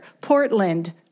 Portland